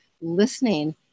Listening